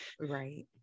right